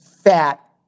fat